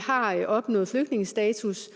har opnået flygtningestatus,